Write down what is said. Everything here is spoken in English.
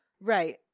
Right